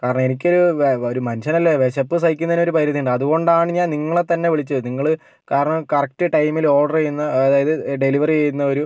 കാരണം എനിക്കൊരു ഒരു മനുഷ്യനല്ലേ വിശപ്പ് സഹിക്കുന്നതിന് ഒരു പരിധി ഉണ്ട് അതുകൊണ്ടാണ് ഞാൻ നിങ്ങളെ തന്നെ വിളിച്ചത് നിങ്ങള് കാരണം കറക്ട് ടൈമില് ഓർഡർ ചെയ്യുന്ന അതായത് ഡെലിവറി ചെയ്യുന്നവരും